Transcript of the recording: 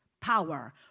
power